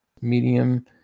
medium